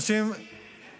אז אני מבקש שתכירו בכפרים.